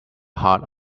heart